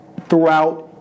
throughout